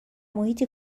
محیط